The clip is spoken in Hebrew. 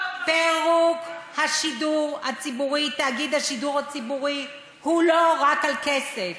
פירוק תאגיד השידור הציבורי הוא לא רק על כסף,